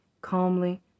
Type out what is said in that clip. calmly